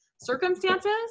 circumstances